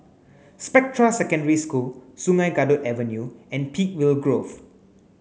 Spectra Secondary School Sungei Kadut Avenue and Peakville Grove